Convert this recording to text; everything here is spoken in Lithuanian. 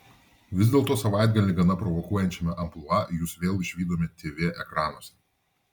vis dėlto savaitgalį gana provokuojančiame amplua jus vėl išvydome tv ekranuose